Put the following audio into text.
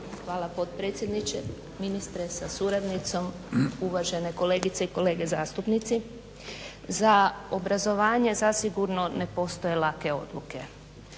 Hvala potpredsjedniče, ministre sa suradnicom, uvažene kolegice i kolege zastupnici. Za obrazovanje zasigurno ne postoje lake odluke